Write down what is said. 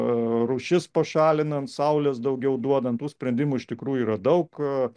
rūšis pašalinant saulės daugiau duodant tų sprendimų iš tikrųjų yra daug